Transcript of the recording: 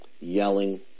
yelling